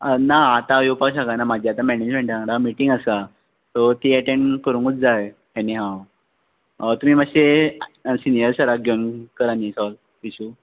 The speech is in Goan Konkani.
ना आतां हांव येवपा शकाना म्हजी आतां मॅनेजमँटा वांगडा मिटींग आसा सो ती एटॅण करुंगूच जाय एनी हाव तुमी मातशें सिनयर सराक घेवन करा न्ही सॉल्व इशू